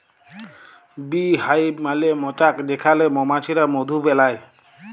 bee hive মালে মচাক যেখালে মমাছিরা মধু বেলায়